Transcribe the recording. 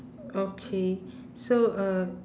okay so uh